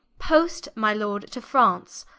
poste my lord to france,